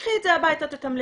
קחי את זה הביתה תתמללי".